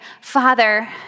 Father